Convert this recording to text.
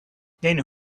then